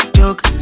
joke